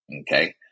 Okay